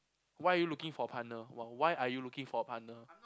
why are you looking for a partner why why are you looking for a partner